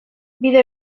bide